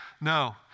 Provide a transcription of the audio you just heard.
No